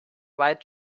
white